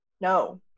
No